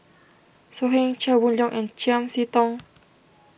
So Heng Chia Boon Leong and Chiam See Tong